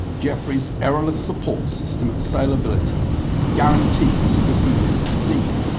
geoffrey's errorless support system at sailability guarantees that he will succeed.